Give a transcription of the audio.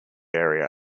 area